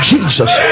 Jesus